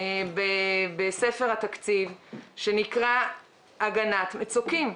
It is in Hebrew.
בספר התקציב שנקרא "הגנת מצוקים".